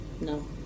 No